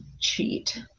cheat